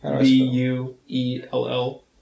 B-U-E-L-L